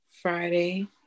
Friday